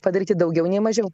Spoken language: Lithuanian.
padaryti daugiau nei mažiau